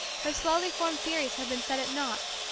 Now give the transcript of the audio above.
her slowly formed theories had been set at naught,